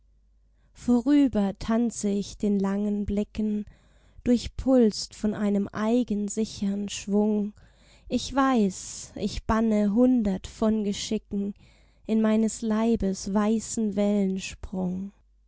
vorüber tanze ich den langen blicken durchpulst von einem eigen sichern schwung ich weiß ich banne hundert von geschicken in meines leibes weißen wellensprung